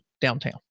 downtown